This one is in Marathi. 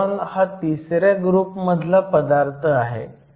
बोरॉन हा तिसऱ्या ग्रुप मधला पदार्थ आहे